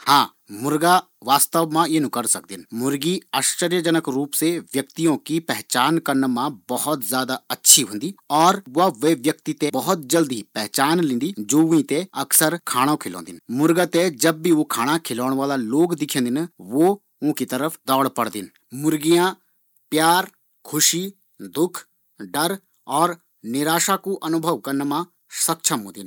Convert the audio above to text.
हाँ मुर्गा अपना मालिक ते पछयांण सकदिन, मुर्गी आश्चर्य जनक रूप से व्यक्तियों की पहचान कन्न मा बहुत ज्यादा अच्छी होंदी और वाला वे व्यक्ति ते बहुत जल्दी पछयांण लेंदी जु वी तें अक्सर खाणो खिलौन्दु।